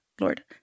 lord